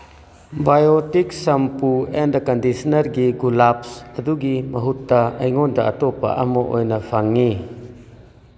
ꯕꯥꯌꯣꯇꯤꯛ ꯁꯝꯄꯨ ꯑꯦꯟꯗ ꯀꯟꯁꯤꯁꯅꯔꯒꯤ ꯒꯨꯂꯥꯞꯁ ꯑꯗꯨꯒꯤ ꯃꯍꯨꯠꯇ ꯑꯩꯉꯣꯟꯗ ꯑꯇꯣꯞꯄ ꯑꯃ ꯑꯣꯏꯅ ꯐꯪꯏ